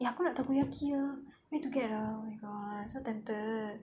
eh aku nak takoyaki nya where to get ah oh my god so tempted